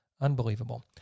unbelievable